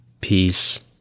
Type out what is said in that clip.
Peace